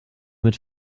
mit